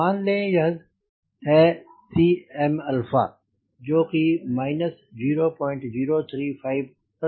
मान लें यह है Cm जो कि माइनस 0035 प्रति डिग्री है